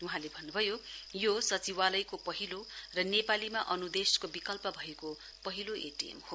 वहाँले भन्न्भयो योसचिवालयको पहिलो र नेपालीमा अन्देशको विकल्प भएको पहिलो एटीयम हो